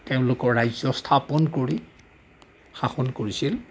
তেওঁলোকৰ ৰাজ্য স্থাপন কৰি শাসন কৰিছিল